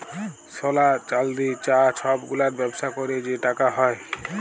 সলা, চাল্দি, চাঁ ছব গুলার ব্যবসা ক্যইরে যে টাকা হ্যয়